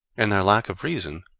in their lack of reason,